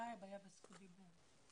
טייב היה בזכות דיבור.